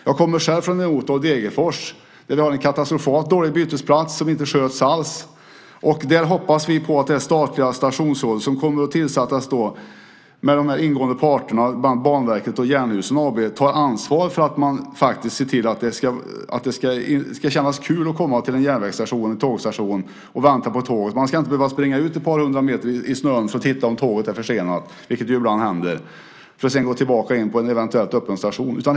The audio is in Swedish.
Jag kommer själv från Degerfors, där vi har en katastrofalt dålig bytesplats som inte sköts alls. Vi hoppas på att det statliga stationsråd som kommer att tillsättas, där bland annat Banverket och Jernhusen AB ingår, tar ansvar för att se till att det ska kännas kul att komma till en järnvägsstation för att vänta på ett tåg. Man ska inte behöva springa ut ett par hundra meter i snön för att se om tåget är försenat, vilket ju ibland händer, för att sedan gå tillbaka till en eventuellt öppen stationsbyggnad.